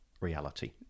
reality